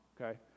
okay